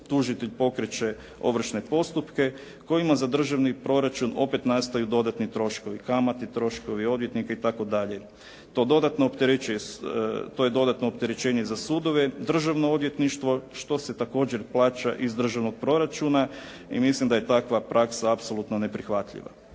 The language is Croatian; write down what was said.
tužitelj pokreće ovršne postupke kojima za državni proračun opet nastaju dodatni troškovi, kamatni troškovi, odvjetnika itd. To je dodatno opterećenje za sudove, državno odvjetništvo što se također plaća iz državnog proračuna i mislim da je takva praksa apsolutno neprihvatljiva.